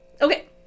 Okay